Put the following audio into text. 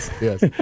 yes